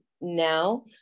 now